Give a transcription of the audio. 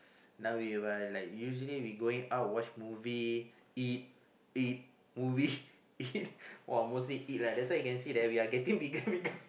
now we were like usually we going out watch movie eat eat movie eat !wah! mostly eat leh that's why you can see that we are getting bigger and bigger